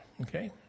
Okay